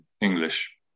English